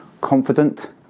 confident